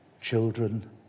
children